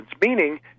meaning